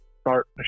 start